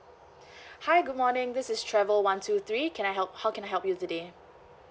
hi good morning this is travel one two three can I help how can I help you today